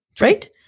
right